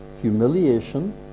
Humiliation